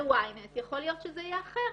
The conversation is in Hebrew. ב-ynet יכול להיות שזה יהיה אחר,